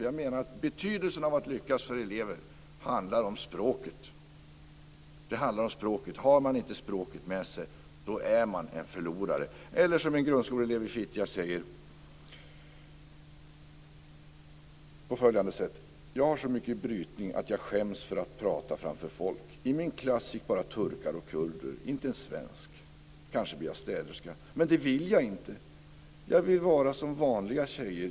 Jag menar att förutsättningen för att elever ska lyckas är språket. Har man inte språket med sig är man en förlorare. En grundskoleelev i Fittja säger på följande sätt: Jag har så mycket brytning att jag skäms för att prata framför folk. I min klass gick bara turkar och kurder - inte en svensk. Kanske blir jag städerska, men det vill jag inte. Jag vill vara som vanliga tjejer.